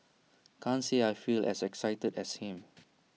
can't say I feel as excited as him